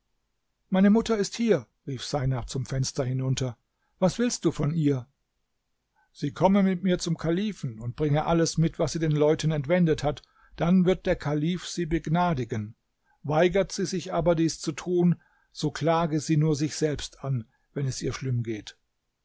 meine mutter ist hier rief seinab zum fenster hinunter was willst du von ihr sie komme mit mir zum kalifen und bringe alles mit was sie den leuten entwendet hat dann wird der kalif sie begnadigen weigert sie sich aber dies zu tun so klage sie nur sich selbst an wenn es ihr schlimm geht